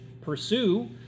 pursue